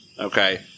Okay